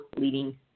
leading